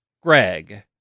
Greg